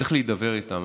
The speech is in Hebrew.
צריך להידבר איתם.